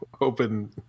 open